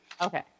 Okay